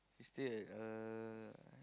she stay at uh